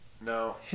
No